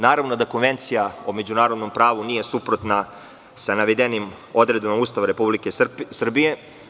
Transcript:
Naravno da Konvencija o međunarodnom pravu nije suprotna sa navedenim odredbama Ustava Republike Srbije.